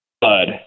blood